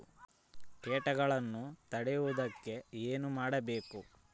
ಕೇಟಗಳನ್ನು ತಡೆಗಟ್ಟುವುದಕ್ಕೆ ಏನು ಮಾಡಬೇಕು?